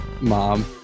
Mom